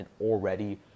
already